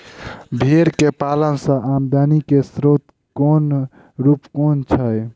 भेंर केँ पालन सँ आमदनी केँ स्रोत केँ रूप कुन छैय?